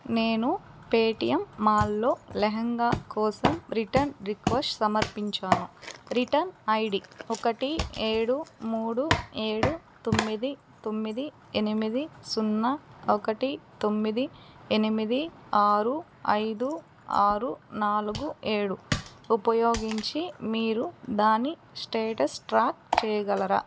నేను పేటీఎం మాల్లో లెహంగా కోసం రిటర్న్ రిక్వెస్ట్ సమర్పించాను రిటర్న్ ఐడి ఒకటి ఏడు మూడు ఏడు తొమ్మిది తొమ్మిది ఎనిమిది సున్నా ఒకటి తొమ్మిది ఎనిమిది ఆరు ఐదు ఆరు నాలుగు ఏడు ఉపయోగించి మీరు దాని స్టేటస్ ట్రాక్ చేయగలరా